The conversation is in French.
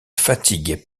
fatigue